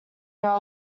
your